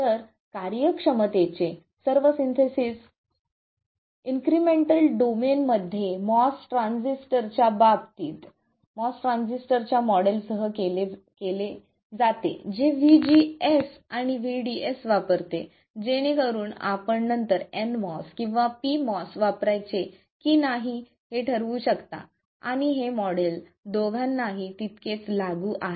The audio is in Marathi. तर कार्यक्षमतेचे सर्व सिंथेसाइज इन्क्रिमेंटल डोमेनमध्ये MOS ट्रान्झिस्टर च्या मॉडेल सह केले जाते जे vGS आणि vDS वापरते जेणेकरून आपण नंतर nMOS किंवा pMOS वापरायचे की नाही हे ठरवू शकता आणि हे मॉडेल दोघांनाही तितकेच लागू आहे